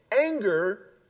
Anger